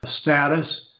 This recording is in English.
status